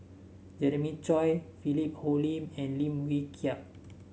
Jeremiah Choy Philip Hoalim and Lim Wee Kiak